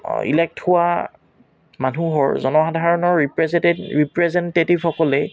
elect হোৱা মানুহৰ জনসাধাৰণৰ ৰিপ্ৰেজেণ্টিভ ৰিপ্ৰেজেণ্টেটিভসকলেই